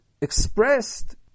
expressed